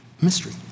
mystery